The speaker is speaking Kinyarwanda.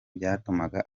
byatumaga